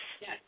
yes